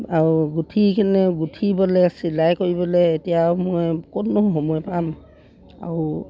আও গুঠিবলে চিলাই কৰিবলে এতিয়াও মই ক'তনো সময় পাম আৰু